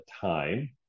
time